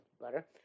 butter